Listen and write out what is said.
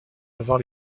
avant